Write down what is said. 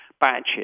batches